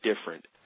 different